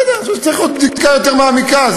ואני חושב שצריך בדיקה יותר מעמיקה.